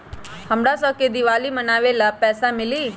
हमरा शव के दिवाली मनावेला पैसा मिली?